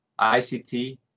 ICT